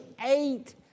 eight